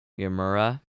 yamura